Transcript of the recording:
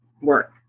work